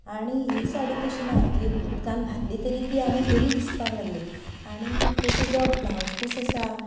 आनी ही साडी तशी ना ती उदकांत घातली तरी बरी दिसपाक लागली आनी तेचो जो ब्लावज पिस आसा